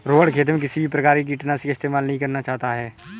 रोहण खेत में किसी भी प्रकार के कीटनाशी का इस्तेमाल नहीं करना चाहता है